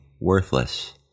worthless